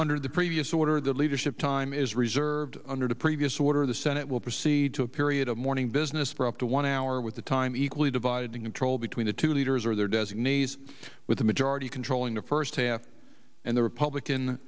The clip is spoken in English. under the previous order the leadership time is reserved under the previous order the senate will proceed to a period of mourning business for up to one hour with a time equally divided in control between the two leaders or their designees with the majority controlling the first half and the republican